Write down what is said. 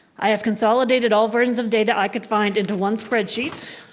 i have consolidated all versions of data i could find into one spreadsheet.